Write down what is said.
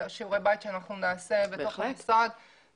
שיעורי בית שאנחנו נעשה בתוך המשרד.